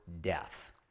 death